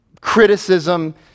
criticism